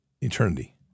eternity